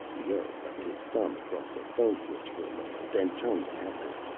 leoh rubbed his thumb across the phone switch for a moment, then turned to hector.